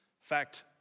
Fact